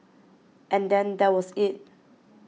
and then that was it